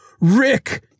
Rick